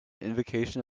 invocation